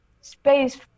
space